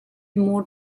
more